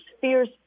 fierce